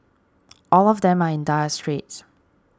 all of them are in dire straits